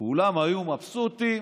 כולם היו מבסוטים.